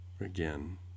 Again